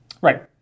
Right